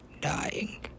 Dying